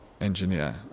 engineer